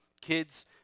Kids